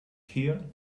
here